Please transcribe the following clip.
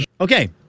Okay